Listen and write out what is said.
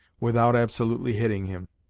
without absolutely hitting him.